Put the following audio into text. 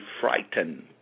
frightened